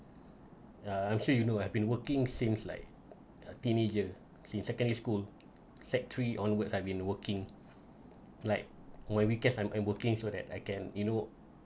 um I'm sure you know I've been working seems like a teenager since secondary school sec three onwards I've been working like my weekends I'm I'm working so that I can you know